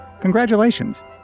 congratulations